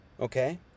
Okay